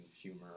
humor